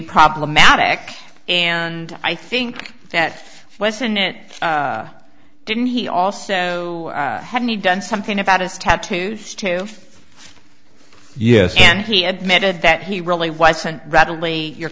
problematic and i think that was an it didn't he also had me done something about his tattoos too yes and he admitted that he really wasn't readily your